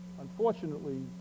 Unfortunately